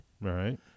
Right